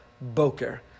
Boker